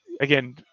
again